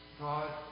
God